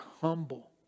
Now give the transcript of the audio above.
humble